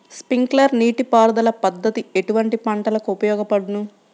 Sprinkler నీటిపారుదల పద్దతి ఎటువంటి పంటలకు ఉపయోగపడును?